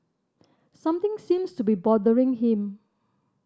something seems to be bothering him